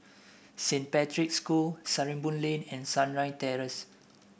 Saint Patrick's School Sarimbun Lane and Sunrise Terrace